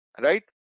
right